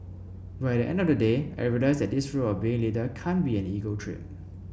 but at the end of the day I realised that this role of being leader can't be an ego trip